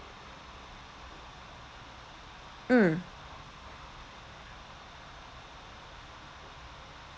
mm